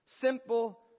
Simple